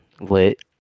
Lit